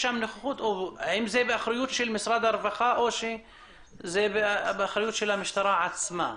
האם זה באחריות של משרד הרווחה או שזה באחריות המשטרה עצמה.